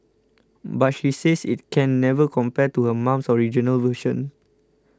but she says it can never compare to her mum's original version